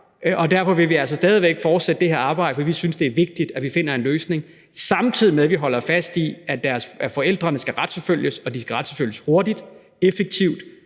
Derfor vil vi altså stadig væk fortsætte det her arbejde, for vi synes, det er vigtigt, at vi finder en løsning, samtidig med at vi holder fast i, at forældrene skal retsforfølges og de skal retsforfølges hurtigt, effektivt